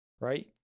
Right